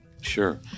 Sure